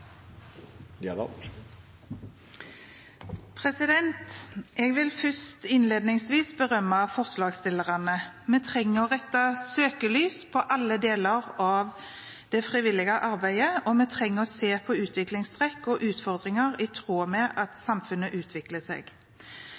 Jeg vil innledningsvis berømme forslagsstillerne. Vi trenger å sette søkelyset på alle deler av det frivillige arbeidet. Vi trenger å se på utviklingstrekk og utfordringer i tråd med at samfunnet utvikler seg.